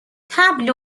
طبل